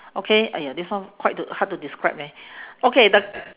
okay !aiya! this one quite to hard to describe leh okay the